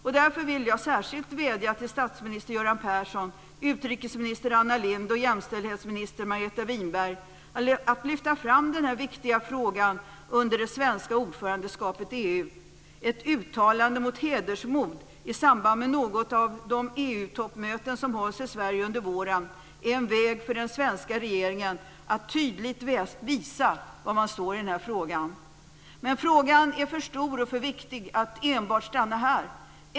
Jag vill därför särskilt vädja till statsminister Göran Persson, utrikesminister Anna Lindh och jämställdhetsminister Margareta Winberg att lyfta fram denna viktiga fråga under den svenska ordförandeperioden i EU. Ett uttalande mot "hedersmord" i samband med något av de EU toppmöten som hålls i Sverige under våren är en väg för den svenska regeringen att tydligt visa var man står i den här frågan. Frågan är dock för stor och för viktig för att enbart behandlas här.